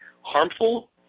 harmful